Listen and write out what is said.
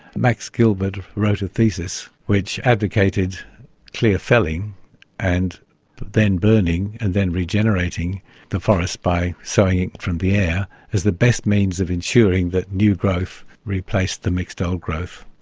max gilbert wrote a thesis which advocated clear felling and then burning and then regenerating the forest by sowing it from the air as the best means of ensuring that new growth replaced the mixed old growth.